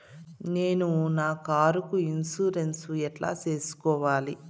నేను నా కారుకు ఇన్సూరెన్సు ఎట్లా సేసుకోవాలి